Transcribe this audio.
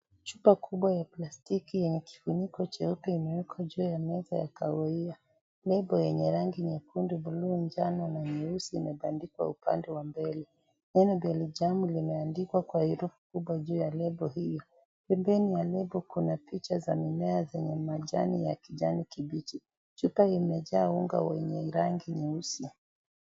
Chupa kubwa ya plastiki yenye kifuniko jeupe imeekwa juu ya meza ya kahawia . Nembo yenye rangi nyekundu, bluu, njano na nyeusi imepandikwa upande wa mbele lebo ya manjano limeandikwa na herufi kubwa juubya lebo hiyo. Pempeni alipo kuna picha za mimea zenye majani ya kijani kibichi. Chupa imejaa unga wenye rangi nyeusi.